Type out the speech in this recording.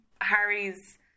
Harry's